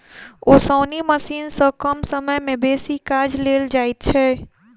ओसौनी मशीन सॅ कम समय मे बेसी काज लेल जाइत छै